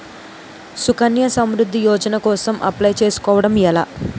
సుకన్య సమృద్ధి యోజన కోసం అప్లయ్ చేసుకోవడం ఎలా?